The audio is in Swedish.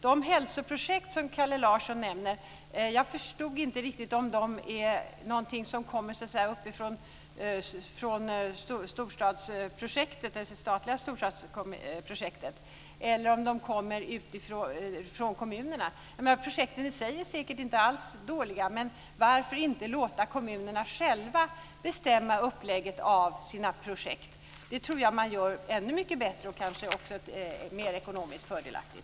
Jag förstod inte riktigt om de hälsoprojekt som Kalle Larsson nämnde är någonting som kommer från det statliga storstadsprojektet eller om de kommer från kommunerna. Projekten i sig är säkert inte alls dåliga, men varför inte låta kommunerna själva bestämma upplägget av sina projekt? Det tror jag att de gör mycket bättre och kanske också mer ekonomiskt fördelaktigt.